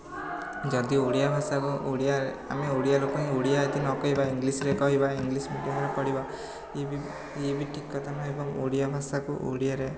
ଯଦି ଓଡ଼ିଆ ଭାଷାକୁ ଓଡ଼ିଆ ଆମେ ଓଡ଼ିଆ ଲୋକ ହିଁ ଓଡ଼ିଆ ଯଦି ନ କହିବା ଇଂଲିଶରେ କହିବା ଇଂଲିଶ ମିଡ଼ିୟମରେ ପଢ଼ିବା ଇଏ ବି ଇଏ ବି ଠିକ କଥା ନୁହେଁ ଏବଂ ଓଡ଼ିଆ ଭାଷାକୁ ଓଡ଼ିଆରେ